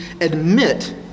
admit